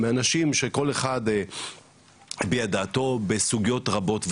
מאנשים שכל אחד הביע את דעתו בסוגיות רבות ושונות.